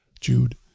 Jude